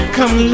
Come